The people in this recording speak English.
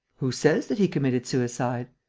who says that he committed suicide?